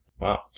Wow